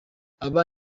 abo